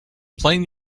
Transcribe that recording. plain